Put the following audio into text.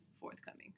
forthcoming